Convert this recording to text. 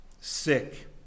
sick